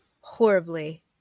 horribly